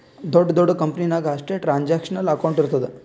ದೊಡ್ಡ ದೊಡ್ಡ ಕಂಪನಿ ನಾಗ್ ಅಷ್ಟೇ ಟ್ರಾನ್ಸ್ಅಕ್ಷನಲ್ ಅಕೌಂಟ್ ಇರ್ತುದ್